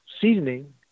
seasoning